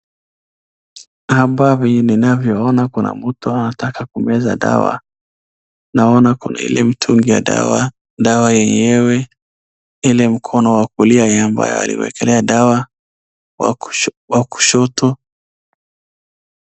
Hapa vile ninavyoona kuna mtu anataka kumeza dawa. Naona kuna ile mtungi ya dawa. Dawa yenyewe ile mkono wa kulia ambaye aliekelea dawa wa kushoto.